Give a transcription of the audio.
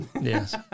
Yes